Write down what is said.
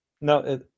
No